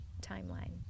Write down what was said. timeline